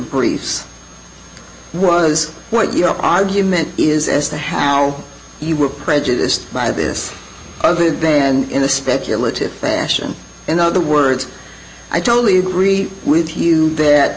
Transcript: briefs was what you argument is as to how you were prejudiced by this other day and the speculative fashion in other words i totally agree with you that